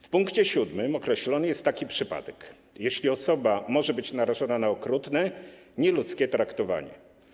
W pkt 7 określony jest taki przypadek: jeśli osoba może być narażona na okrutne, nieludzkie traktowanie.